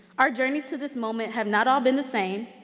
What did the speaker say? our journeys to this moment have not all been the same.